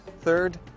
Third